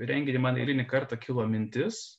renginį man eilinį kartą kilo mintis